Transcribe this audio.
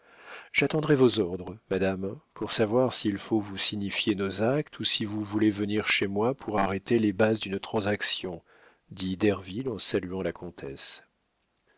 j'attendrai vos ordres madame pour savoir s'il faut vous signifier nos actes ou si vous voulez venir chez moi pour arrêter les bases d'une transaction dit derville en saluant la comtesse